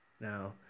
Now